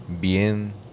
bien